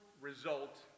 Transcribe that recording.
result